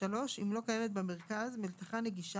(2)אם לא קיימת במרכז מלתחה נגישה